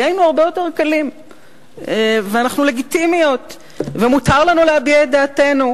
חיינו הרבה יותר קלים ואנחנו לגיטימיות ומותר לנו להביע את דעתנו.